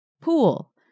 Pool